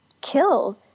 kill